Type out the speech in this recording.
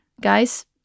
guys